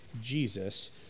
Jesus